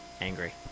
angry